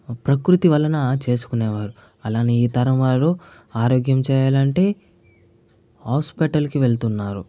ప్రకృతి వలన చేసుకునేవారు అలానే ఈ తరం వారు ఆరోగ్యం చేయాలంటే హాస్పిటల్ కి వెళ్తున్నారు